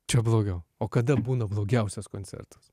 čia blogiau o kada būna blogiausias koncertas